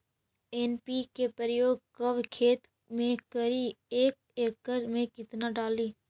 NPK प्रयोग कब खेत मे करि एक एकड़ मे कितना डाली?